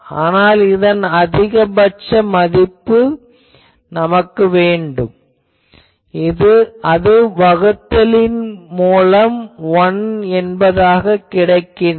ஆனால் நமக்கு இதன் அதிகபட்ச மதிப்பு வேண்டும் அது வகுத்தலின் மூலம் 1 என்பதாகக் கிடைக்கிறது